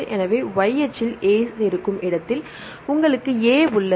எனவே y அச்சில் 'A's இருக்கும் இடத்தில் உங்களுக்கு' A 'உள்ளது